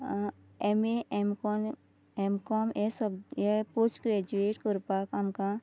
M A M M Com हे हे post graduate करपाक आमकां